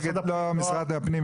משרד הפנים,